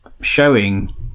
showing